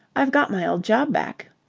i've got my old job back.